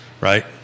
right